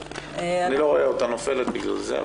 אני לא רואה אותה נופלת בגלל זה,